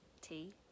tea